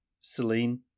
Celine